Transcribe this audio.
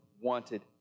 wanted